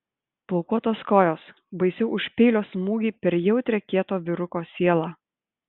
plaukuotos kojos baisiau už peilio smūgį per jautrią kieto vyruko sielą